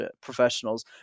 professionals